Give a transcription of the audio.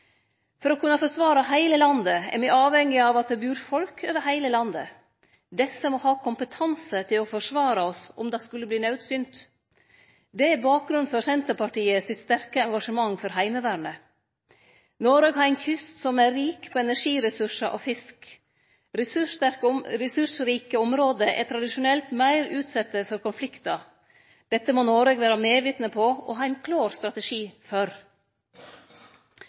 For å kunne forsvare heile landet er me avhengige av at det bur folk over heile landet. Dei må ha kompetanse til å forsvare oss om det skulle verte naudsynt. Det er bakgrunnen for Senterpartiet sitt sterke engasjement for Heimevernet. Noreg har ein kyst som er rik på energiressursar og fisk. Ressursrike område er tradisjonelt meir utsette for konfliktar. Dette må Noreg vere medvitne om og ha ein klår strategi for.